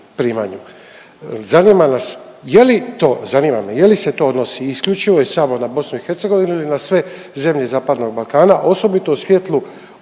primanju. Zanima nas je li to, zanima me je li se to odnosi isključivo i samo na BiH ili na sve zemlje Zapadnog Balkana, osobito u svjetlu